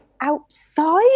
outside